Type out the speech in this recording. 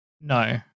no